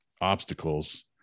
obstacles